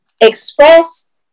express